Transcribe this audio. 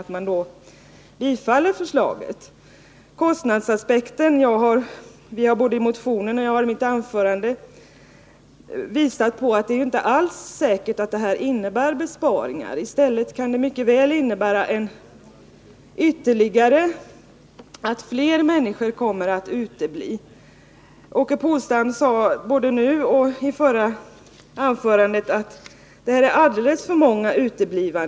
I vad gäller kostnadsaspekten har vi i motionen — och jag har understrukit det i mitt anförande — visat att det inte alls är säkert att regeringsförslaget skulle innebära besparingar. I stället kan det mycket väl komma att innebära att fler människor uteblir från rättegången. Åke Polstam sade både nu och i sitt förra anförande att uteblivandena är alldeles för många.